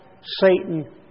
Satan